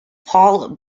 paul